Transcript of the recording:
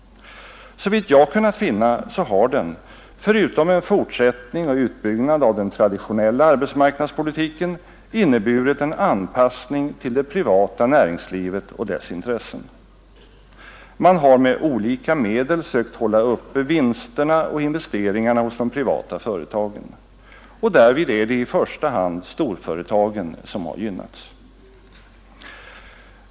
Såvitt jag kunnat finna har den, förutom en fortsättning och utbyggnad av den traditionella arbetsmarknadspolitiken, inneburit en anpassning till det privata näringslivet och dess intressen. Man har med olika medel sökt hålla uppe vinsterna och investeringarna hos de privata företagen. Och därvid är det i första hand storföretagen som har gynnats.